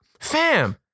Fam